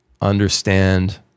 understand